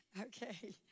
Okay